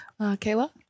Kayla